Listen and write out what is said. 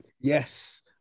Yes